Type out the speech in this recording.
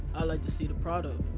i like to see the product.